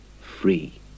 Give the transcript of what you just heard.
free